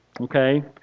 okay